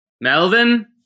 Melvin